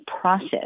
process